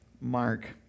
mark